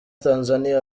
tanzania